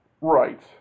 Right